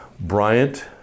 Bryant